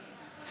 כן.